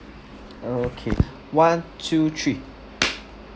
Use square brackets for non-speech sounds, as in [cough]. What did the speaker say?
okay one two three [noise]